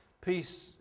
peace